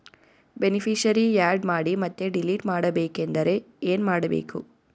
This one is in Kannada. ಬೆನಿಫಿಶರೀ, ಆ್ಯಡ್ ಮಾಡಿ ಮತ್ತೆ ಡಿಲೀಟ್ ಮಾಡಬೇಕೆಂದರೆ ಏನ್ ಮಾಡಬೇಕು?